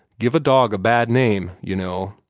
give a dog a bad name, you know.